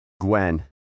Gwen